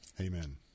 Amen